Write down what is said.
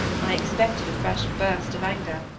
i expected a fresh burst of anger.